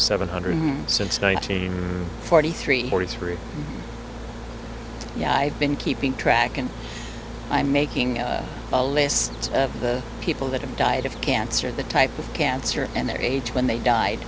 seven hundred since nineteen forty three forty three yeah i've been keeping track and i'm making a list of the people that have died of cancer the type of cancer and their age when they died